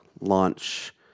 launch